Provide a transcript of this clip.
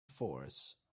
force